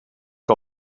que